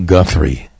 Guthrie